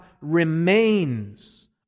remains